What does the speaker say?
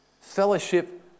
fellowship